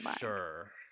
sure